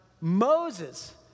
Moses